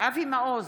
אבי מעוז,